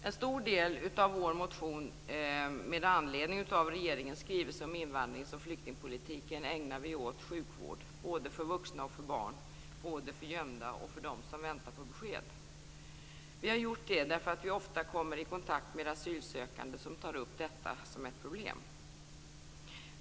En stor del av vår motion med anledning av regeringens skrivelse om invandrings och flyktingpolitiken ägnar vi åt sjukvård - både för vuxna och för barn, både för gömda och för dem som väntar på besked. Vi har gjort det därför att vi ofta kommer i kontakt med asylsökande som tar upp detta som ett problem.